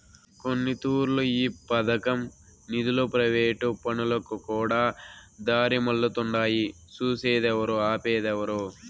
కొన్నితూర్లు ఈ పదకం నిదులు ప్రైవేటు పనులకుకూడా దారిమల్లతుండాయి సూసేదేవరు, ఆపేదేవరు